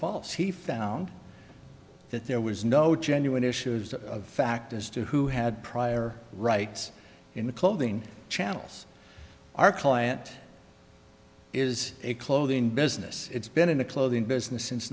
false he found that there was no genuine issues of fact as to who had prior rights in the clothing channel's our client is a clothing business it's been in the clothing business since